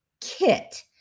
kit